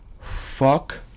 Fuck